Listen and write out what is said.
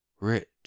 rich